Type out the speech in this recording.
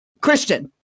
Christian